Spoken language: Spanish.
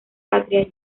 patria